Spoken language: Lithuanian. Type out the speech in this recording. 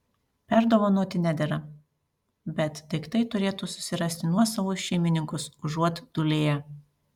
perdovanoti nedera bet daiktai turėtų susirasti nuosavus šeimininkus užuot dūlėję